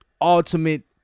ultimate